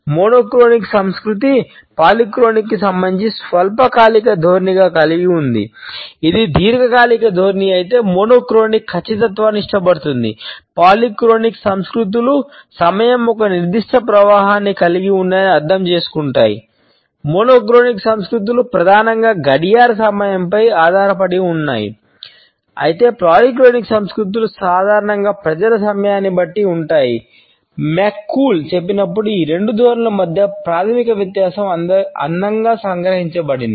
monochronic చెప్పినప్పుడు ఈ రెండు ధోరణుల మధ్య ప్రాథమిక వ్యత్యాసం అందంగా సంగ్రహించబడింది